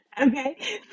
Okay